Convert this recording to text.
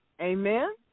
Amen